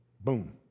Boom